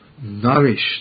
nourished